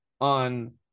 on